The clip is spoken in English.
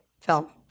film